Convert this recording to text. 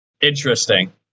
interesting